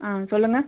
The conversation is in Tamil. ஆ சொல்லுங்கள்